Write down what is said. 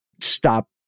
stop